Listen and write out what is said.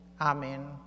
Amen